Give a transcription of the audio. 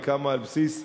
היא קמה על בסיס,